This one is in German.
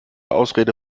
ausrede